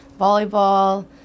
volleyball